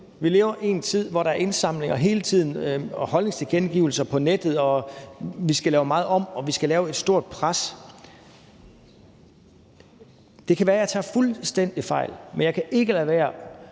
Vi lever i en tid, hvor der er indsamlinger hele tiden og holdningstilkendegivelser på nettet, og vi skal lave meget om, og vi skal lave et stort pres. Det kan være, jeg tager fuldstændig fejl, men jeg kan ikke lade være